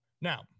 Now